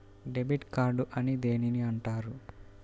Debit card అని దేనిని అంటారు?